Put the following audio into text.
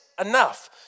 enough